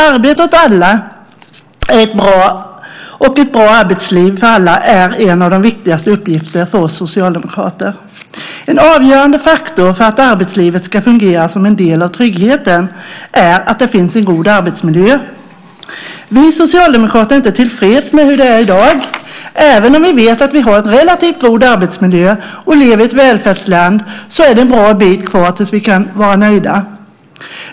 Arbete åt alla och ett bra arbetsliv för alla är en av de viktigaste uppgifterna för oss socialdemokrater. En avgörande faktor för att arbetslivet ska fungera som en del av tryggheten är att det finns en god arbetsmiljö. Vi socialdemokrater är inte tillfreds med hur det är i dag. Även om vi vet att vi har en relativt god arbetsmiljö och lever i ett välfärdsland är det en bra bit kvar tills vi kan vara nöjda.